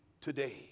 today